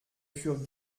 furent